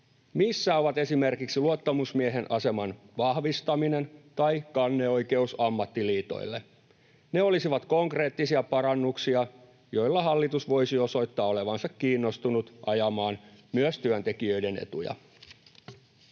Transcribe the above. Missä ovat esimerkiksi luottamusmiehen aseman vahvistaminen tai kanneoikeus ammattiliitoille? Ne olisivat konkreettisia parannuksia, joilla hallitus voisi osoittaa olevansa kiinnostunut ajamaan myös työntekijöiden etuja.